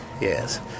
Yes